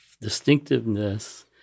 distinctiveness